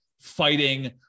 fighting